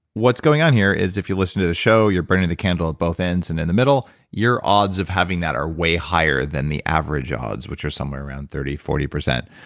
what's going on here is if you listen to the show, you're burning the candle at both ends and in the middle, your odds of having that are way higher than the average odds, which are somewhere around thirty forty percent.